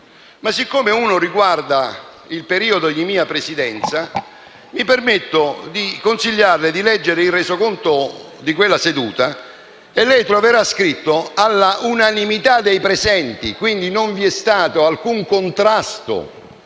Ma, siccome uno riguarda il periodo della mia Presidenza, mi permetto di consigliarle di leggere il Resoconto di quella seduta, nell'ambito del quale lei troverà scritto "all'unanimità dei presenti". E, quindi, non vi è stato alcun contrasto